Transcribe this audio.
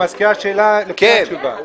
שאלה למזכירה, לפני התשובה.